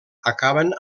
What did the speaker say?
acaben